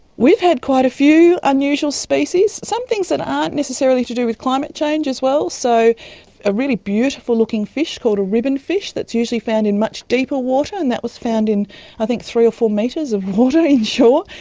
we've had quite a few unusual species. some things that aren't necessarily to do with climate change as well. so a really beautiful looking fish called a ribbon fish that's usually found in much deeper water, and that was found in three or four metres of water inshore,